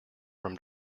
from